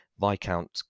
Viscount